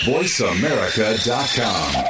VoiceAmerica.com